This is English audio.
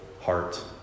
heart